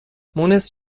مونس